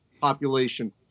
population